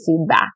feedback